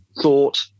thought